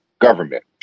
government